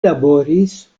laboris